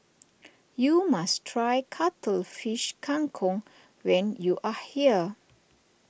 you must try Cuttlefish Kang Kong when you are here